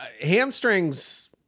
hamstrings